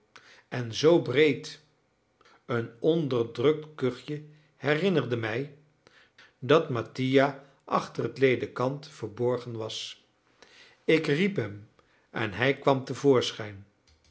en zoo breed een onderdrukt kuchje herinnerde mij dat mattia achter het ledekant verborgen was ik riep hem en hij kwam